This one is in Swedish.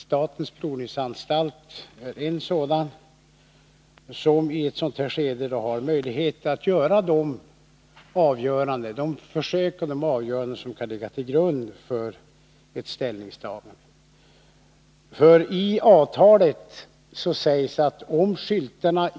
Statens provningsanstalt är ett exempel. Man har där möjlighet att om så erfordras göra sådana undersökningar och bedömningar som kan ligga till grund för ett ställningstagande beträffande materialet.